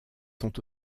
sont